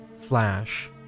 flash